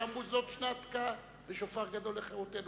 ואמרו: זאת שנת "תקע בשופר גדול לחירותנו".